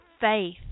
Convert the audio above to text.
faith